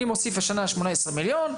אני מוסיף השנה 18 מיליון,